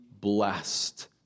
blessed